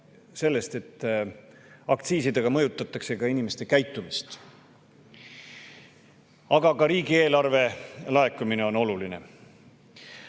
sellest, et aktsiisidega mõjutatakse ka inimeste käitumist, kuid ka riigieelarve laekumine on oluline.